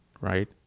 right